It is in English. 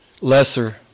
lesser